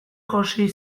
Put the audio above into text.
josi